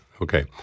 Okay